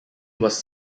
was